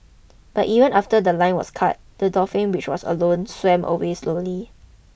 but even after the line was cut the dolphin which was alone swam away slowly